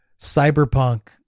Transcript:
Cyberpunk